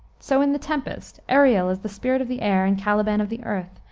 so in the tempest, ariel is the spirit of the air and caliban of the earth,